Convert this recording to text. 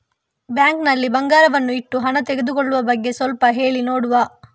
Bank ನಲ್ಲಿ ಬಂಗಾರವನ್ನು ಇಟ್ಟು ಹಣ ತೆಗೆದುಕೊಳ್ಳುವ ಬಗ್ಗೆ ಸ್ವಲ್ಪ ಹೇಳಿ ನೋಡುವ?